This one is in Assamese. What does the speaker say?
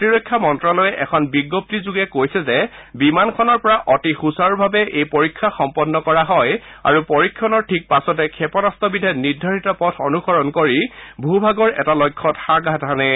প্ৰতিৰক্ষা মন্তালয়ে এখন বিজ্ঞপ্তিযোগে কৈছে যে বিমানখনৰ পৰা অতি সূচাৰুভাৱে এই পৰীক্ষা সম্পন্ন কৰা হয় আৰু পৰীক্ষণৰ ঠিক পাছতে ক্ষেপণাস্ত্ৰবিধে নিৰ্ধাৰিত পথ অনুসৰণ কৰি ভূভাগৰ এটা লক্ষ্যত আঘাত হানে